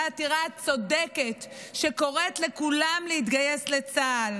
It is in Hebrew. העתירה הצודקת שקוראת לכולם להתגייס לצה"ל.